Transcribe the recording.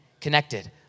connected